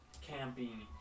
camping